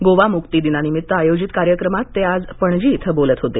गोवा मुक्ती दिनानिमित्त आयोजित कार्यक्रमात ते आज पणजी इथं बोलत होते